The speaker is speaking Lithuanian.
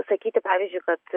sakyti pavyzdžiui kad